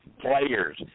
players